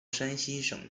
山西省